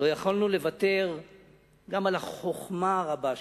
לא יכולנו לוותר גם על החוכמה הרבה שלו.